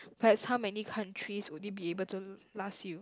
plus how many countries would it be able to last you